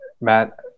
Matt